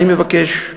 אני מבקש,